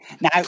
now